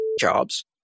jobs